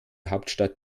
hauptstadt